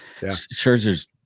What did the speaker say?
Scherzer's